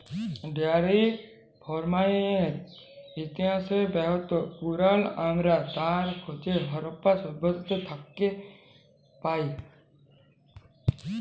dairy ফারমিংয়ের ইতিহাস বহুত পুরাল আমরা তার খোঁজ হরপ্পা সভ্যতা থ্যাকে পায়